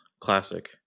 classic